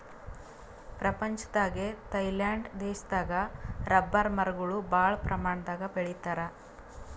ಪ್ರಪಂಚದಾಗೆ ಥೈಲ್ಯಾಂಡ್ ದೇಶದಾಗ್ ರಬ್ಬರ್ ಮರಗೊಳ್ ಭಾಳ್ ಪ್ರಮಾಣದಾಗ್ ಬೆಳಿತಾರ್